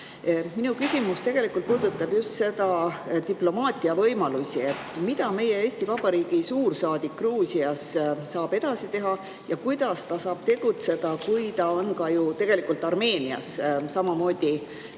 Minu küsimus puudutab just diplomaatia võimalusi. Mida meie, Eesti Vabariigi suursaadik Gruusias saab edasi teha ja kuidas ta saab tegutseda, kui ta on tegelikult Armeenias samamoodi